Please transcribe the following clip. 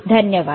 धन्यवाद